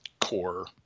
core